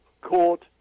court